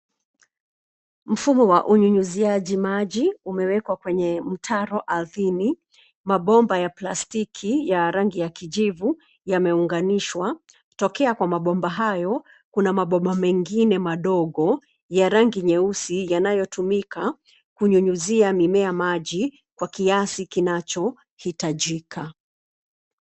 Mfumo wa unyunyiziaji maji umewekwa kwenye mtaro ardhini. Mabomba ya plastiki ya rangi ya kijivu yameunganishwa. Tokea kwa mabomba hayo kuna mabomba mengine madogo ya rangi nyeusi yanayotumika kunyunyizia mimea maji kwa kiasi kinachohitajika.